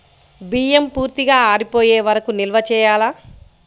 బియ్యం పూర్తిగా ఆరిపోయే వరకు నిల్వ చేయాలా?